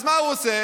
אז מה הוא עושה?